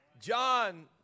John